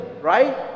right